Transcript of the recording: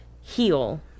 heal